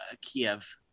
kiev